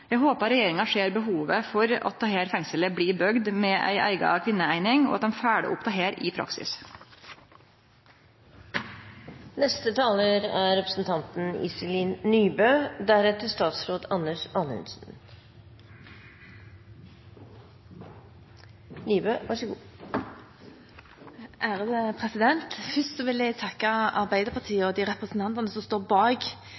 Eg håpar regjeringa ser behovet for at dette fengselet blir bygd med ei eiga kvinneeining, og at dei følgjer opp dette i